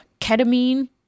ketamine